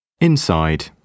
inside